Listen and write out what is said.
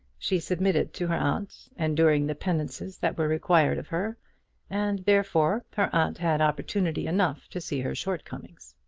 she submitted to her aunt, enduring the penances that were required of her and, therefore, her aunt had opportunity enough to see her shortcomings.